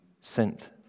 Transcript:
sent